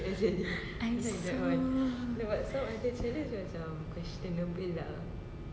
I see